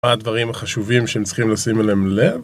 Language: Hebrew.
מה הדברים החשובים שהם צריכים לשים אליהם לב